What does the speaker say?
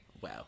wow